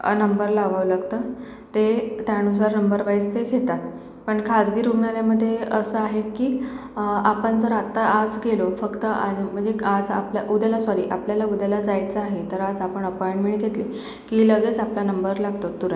number लावावं लागतं ते त्याणुसार नंबरवाईस ते घेतात पण खाजगी रुग्णालयामधे असं आहे की आपण जर आता आज गेलो फक्त आज म्हणजे आज आपल्या उद्याला सॉरी आपल्याला उद्याला जायचं आहे तर आज आपण अपॉइनमेंट घेतली की लगेच आपला नंबर लागतो तुरंत